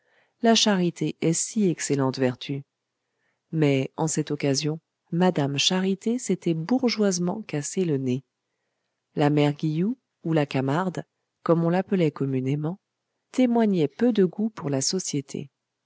la charité est si excellente vertu mais en cette occasion madame charité s'était bourgeoisement cassé le nez la mère guilloux ou la camarde comme on l'appelait communément témoignait peu de goût pour la société